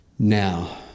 Now